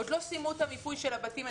עוד לא סיימו את מיפוי הבתים.